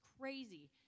crazy